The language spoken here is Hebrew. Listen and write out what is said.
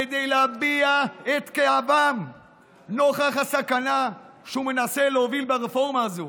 כדי להביע את כאבם נוכח הסכנה שהוא מנסה להוביל ברפורמה הזו.